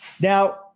Now